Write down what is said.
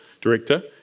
director